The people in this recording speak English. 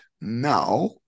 now